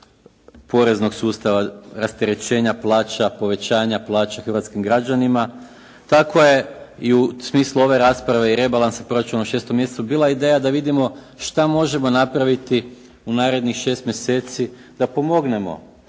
poreznog sustava, rasterećenja plaća, povećanja plaća hrvatskim građanima. Tako je i u smislu ove rasprave i rebalansa proračuna u šestom mjesecu bila ideja da vidimo što možemo napraviti u narednih šest mjeseci da pomognemo,